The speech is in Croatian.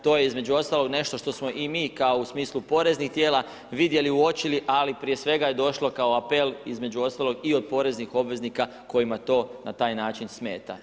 To je između ostalog nešto što smo i mi kao u smislu poreznih tijela vidjeli, uočili, ali prije svega je došlo kao apel između ostalog i od poreznih obveznika kojima to na taj način smeta.